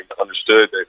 understood